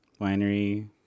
winery